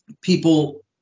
people